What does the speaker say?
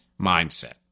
mindset